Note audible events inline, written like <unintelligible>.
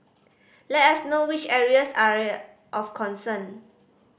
let us know which areas are <unintelligible> of concern